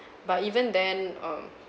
but even then um